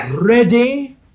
ready